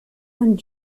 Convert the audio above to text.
and